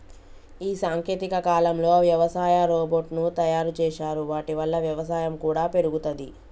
ఈ సాంకేతిక కాలంలో వ్యవసాయ రోబోట్ ను తయారు చేశారు వాటి వల్ల వ్యవసాయం కూడా పెరుగుతది